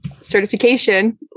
certification